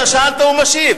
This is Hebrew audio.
אתה שאלת, הוא משיב.